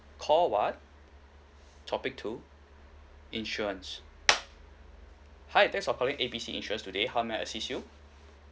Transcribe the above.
call one topic two insurance hi thanks for calling A B C insurance today how may I assist you